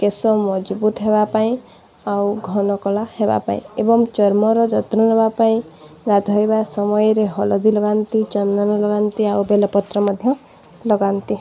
କେଶ ମଜବୁତ ହେବାପାଇଁ ଆଉ ଘନକଳା ହେବାପାଇଁ ଏବଂ ଚର୍ମର ଯତ୍ନ ନେବାପାଇଁ ଗାଧୋଇବା ସମୟରେ ହଳଦୀ ଲଗାନ୍ତି ଚନ୍ଦନ ଲଗାନ୍ତି ଆଉ ବେଲପତ୍ର ମଧ୍ୟ ଲଗାନ୍ତି